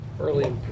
early